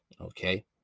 Okay